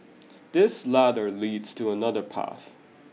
this ladder leads to another path